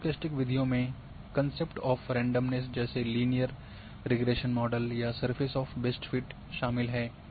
stochastic विधियों में concept of randomness जैसे लीनियर रिग्रेशन मॉडल या सरफेस ऑफ़ बेस्ट फिट शामिल है